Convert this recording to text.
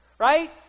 Right